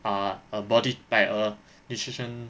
ah a body by a nutrition